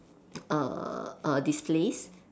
err err displays